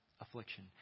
affliction